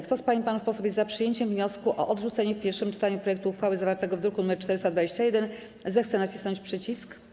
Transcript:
Kto z pań i panów posłów jest za przyjęciem wniosku o odrzucenie w pierwszym czytaniu projektu uchwały zawartego w druku nr 421, zechce nacisnąć przycisk.